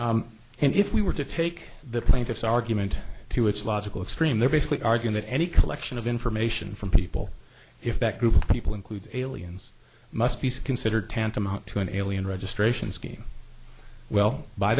and if we were to take the plaintiffs argument to its logical extreme they're basically arguing that any collection of information from people if that group of people includes aliens must be considered tantamount to an alien registration scheme well by